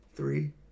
Three